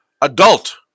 adult